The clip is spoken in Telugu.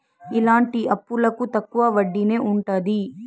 ఇలాంటి అప్పులకు తక్కువ వడ్డీనే ఉంటది